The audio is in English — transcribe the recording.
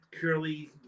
curly